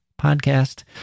podcast